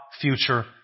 future